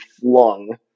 flung